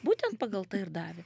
būtent pagal tai ir davė